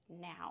now